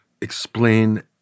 explain